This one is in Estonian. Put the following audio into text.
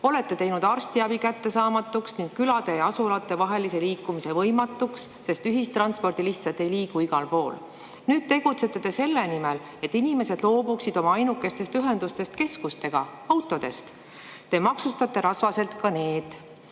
Olete teinud arstiabi kättesaamatuks ning külade ja [muude] asulate vahelise liikumise võimatuks, sest ühistransport lihtsalt ei liigu igal pool. Nüüd tegutsete selle nimel, et inimesed loobuksid oma ainukesest ühendusest keskustega, autodest. Te maksustate rasvaselt ka need.